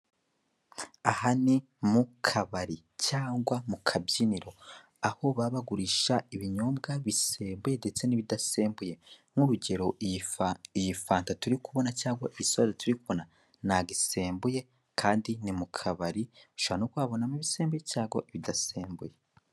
Aha ni mu kabari cyangwa mu kabyiniro aho baba bagurisha ibinyobwa bisembu ndetse n'ibidasembuye. nk'urugero iyi ni fanta turi kubona cyangwa isolo turikubona ntago isembuye kandi ni mu kabari ushobora kuba wabona mo ibisembe cyangwa bidasembuye.